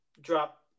drop